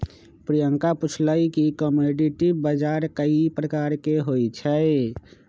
प्रियंका पूछलई कि कमोडीटी बजार कै परकार के होई छई?